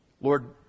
Lord